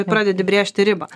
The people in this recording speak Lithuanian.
pradedi brėžti ribą